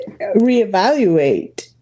reevaluate